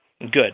good